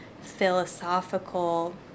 philosophical